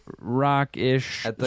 rock-ish